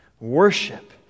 Worship